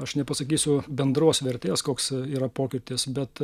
aš nepasakysiu bendros vertės koks yra pokytis bet